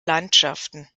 landschaften